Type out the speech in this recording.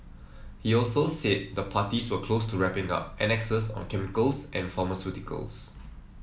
he also said the parties were close to wrapping up annexes on chemicals and pharmaceuticals